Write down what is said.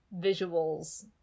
visuals